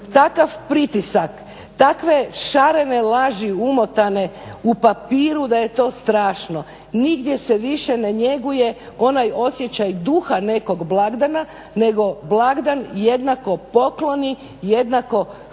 takav pritisak, takve šarene laži umotane u papiru da je to strašno. Nigdje se više ne njeguje onaj osjećaj duha nekog blagdana nego blagdan jednako pokloni, jednako hrpe